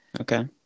Okay